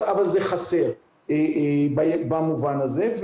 אבל זה חסר במובן הזה.